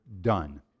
done